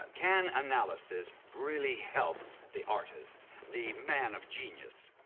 can analysis really help the artist, the man of genius?